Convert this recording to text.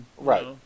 Right